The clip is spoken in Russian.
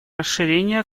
расширение